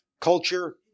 culture